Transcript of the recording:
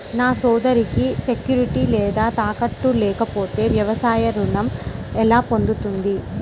నా సోదరికి సెక్యూరిటీ లేదా తాకట్టు లేకపోతే వ్యవసాయ రుణం ఎలా పొందుతుంది?